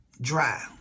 dry